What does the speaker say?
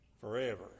forever